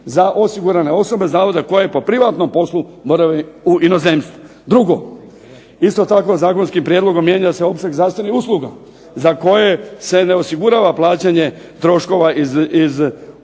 za osigurane osobe zavoda koje po privatnom poslu moraju u inozemstvo. 2. isto tako zakonskim prijedlogom mijenja se opseg zdravstvenih usluga za koje se ne osigurava plaćanje troškova iz